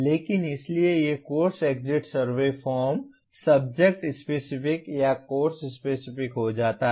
लेकिन इसलिए ये course exit survey form subject specific या कोर्स स्पेसिफिक हो जाते हैं